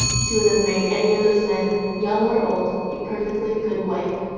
she would have made any of those men, young or old, a perfectly good wife.